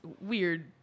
weird